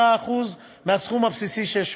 10% מהסכום הבסיסי של,